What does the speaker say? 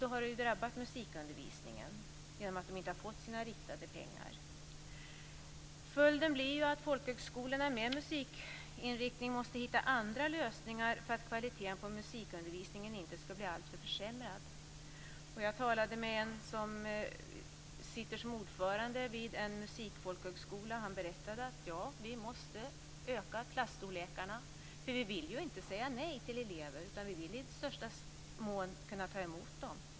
Det har då drabbat musikundervisningen genom att man inte har fått sina riktade pengar. Följden blir att folkhögskolorna med musikinriktning måste hitta andra lösningar för att kvaliteten på musikundervisningen inte skall bli alltför försämrad. Jag talade med en person som sitter som ordförande vid en musikfolkhögskola och han berättade: Ja, vi måste öka klasstorlekarna, för vi vill ju inte säga nej till elever. Vi vill i största möjliga mån kunna ta emot dem.